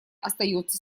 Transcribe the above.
остается